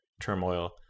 turmoil